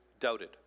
Doubted